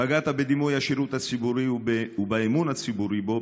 פגעת בדימוי השירות הציבורי ובאמון הציבורי בו,